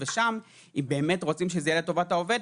שם אם באמת רוצים שזה יהיה לטובת העובד,